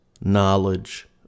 knowledge